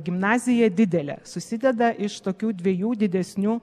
gimnazija didelė susideda iš tokių dviejų didesnių